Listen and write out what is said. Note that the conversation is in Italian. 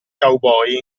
cowboy